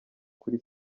kuri